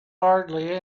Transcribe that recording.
hardly